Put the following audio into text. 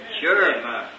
Sure